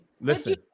listen